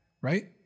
right